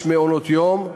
יש מעונות-יום,